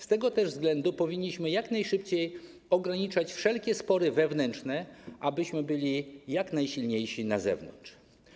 Z tego też względu powinniśmy jak najszybciej ograniczać wszelkie spory wewnętrzne, abyśmy byli jak najsilniejsi na zewnątrz.